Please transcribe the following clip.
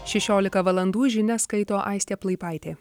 šešiolika valandų žinias skaito aistė plaipaitė